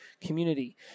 community